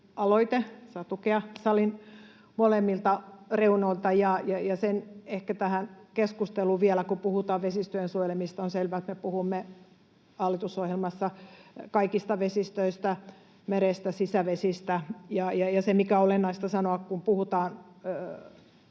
lakialoite saa tukea salin molemmilta reunoilta. Se ehkä tähän keskusteluun vielä: Kun puhutaan vesistöjen suojelemisesta, on selvä, että me puhumme hallitusohjelmassa kaikista vesistöistä, merestä ja sisävesistä. Se, mikä on olennaista sanoa, kun puhutaan